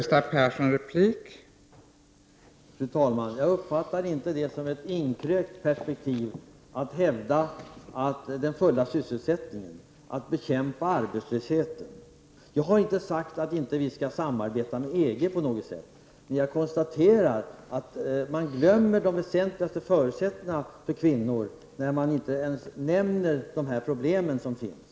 Fru talman! Jag uppfattar det inte som ett inkrökt perspektiv att hävda den fulla sysselsättningen, att bekämpa arbetslösheten. Jag har inte sagt att vi inte på något sätt skall samarbeta med EG, men jag konstaterar att man glömmer de väsentligaste förutsättningarna för kvinnor när man inte ens nämner de problem som finns.